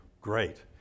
great